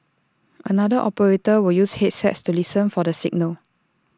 another operator will use headsets to listen for the signal